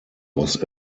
was